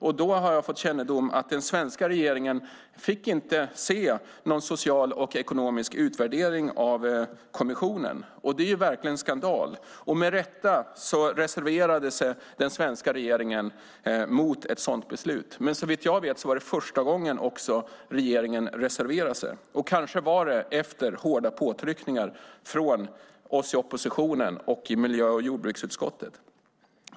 Jag har fått kännedom att den svenska regeringen inte fick se någon social och ekonomisk utvärdering av kommissionen. Det är verkligen skandal. Med rätta reserverade sig den svenska regeringen mot ett sådant beslut, men såvitt jag vet var det första gången regeringen reserverade sig. Kanske var det efter hårda påtryckningar från oss i oppositionen och i miljö och jordbruksutskottet.